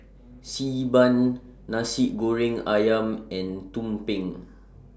Xi Ban Nasi Goreng Ayam and Tumpeng